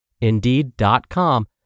Indeed.com